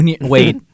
Wait